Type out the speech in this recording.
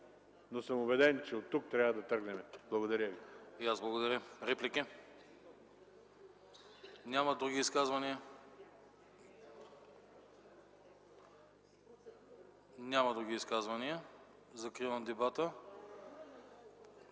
но съм убеден, че оттук трябва да тръгнем. Благодаря ви.